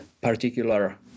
particular